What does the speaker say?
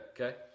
okay